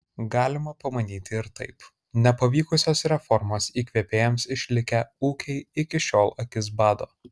galima pamanyti ir taip nepavykusios reformos įkvėpėjams išlikę ūkiai iki šiol akis bado